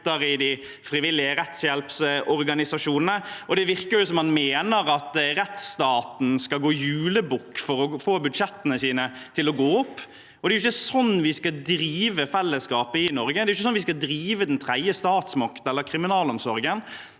til de frivillige rettshjelpsorganisasjonene, og det virker som man mener at rettsstaten skal gå julebukk for å få budsjettene sine til å gå opp. Det er ikke sånn vi skal drive fellesskapet i Norge, det er ikke sånn vi skal drive den tredje statsmakt eller kriminalomsorgen.